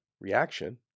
reaction